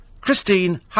Christine